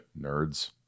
nerds